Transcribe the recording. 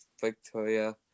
Victoria